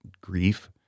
grief